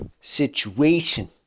situation